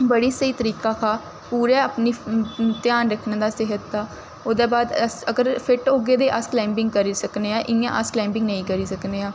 बड़ी स्हेई तरीका हा पूरे अपनी ध्यान रक्खने दा सेह्त दा ओह्दे बाद अस अगर फिट्ट होगे ते अस क्लाइंबिंग करी सकने आं इ'यां अस क्लाइंबिंग नेईं करी सकने आं